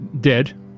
dead